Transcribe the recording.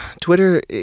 Twitter